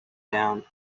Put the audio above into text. down